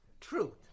truth